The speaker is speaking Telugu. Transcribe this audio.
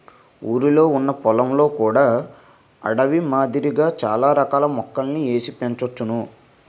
ఊరిలొ ఉన్న పొలంలో కూడా అడవి మాదిరిగా చాల రకాల మొక్కలని ఏసి పెంచోచ్చును